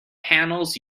panels